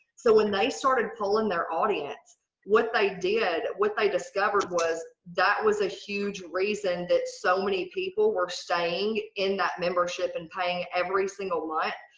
so when they started pulling their audience what they did what they discovered was that was a huge reason that so many people were staying in that membership and paying every single month,